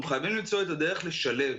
אנחנו חייבים למצוא את הדרך לשלב.